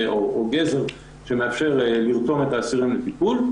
ג\זר שמאפשר לרתום את האסירים לטיפול.